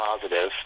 positive